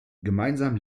gemeinsam